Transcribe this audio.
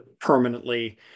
permanently